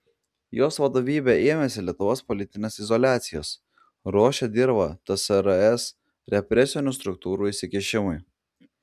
jos vadovybė ėmėsi lietuvos politinės izoliacijos ruošė dirvą tsrs represinių struktūrų įsikišimui